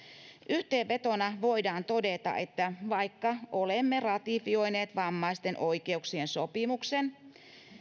yhteenvetona voidaan todeta että vaikka olemme ratifioineet vammaisten oikeuksien sopimuksen